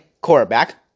quarterback